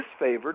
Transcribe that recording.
disfavored